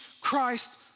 Christ